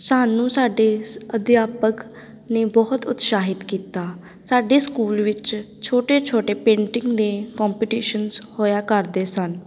ਸਾਨੂੰ ਸਾਡੇ ਅਧਿਆਪਕ ਨੇ ਬਹੁਤ ਉਤਸ਼ਾਹਿਤ ਕੀਤਾ ਸਾਡੇ ਸਕੂਲ ਵਿੱਚ ਛੋਟੇ ਛੋਟੇ ਪੇਂਟਿੰਗ ਦੇ ਕੋਂਪੀਟੀਸ਼ਨਸ ਹੋਇਆ ਕਰਦੇ ਸਨ